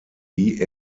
die